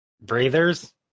Breathers